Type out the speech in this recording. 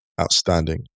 Outstanding